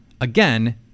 Again